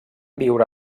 viure